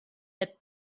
had